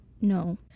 no